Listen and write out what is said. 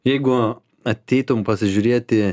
jeigu ateitum pasižiūrėti